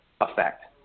effect